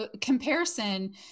Comparison